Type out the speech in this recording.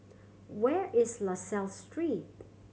where is La Salle Street